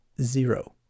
zero